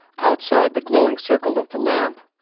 outside the glowing circle of the lamp.